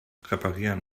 reparieren